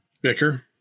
bicker